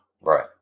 Right